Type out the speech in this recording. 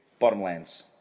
Bottomlands